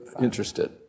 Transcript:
interested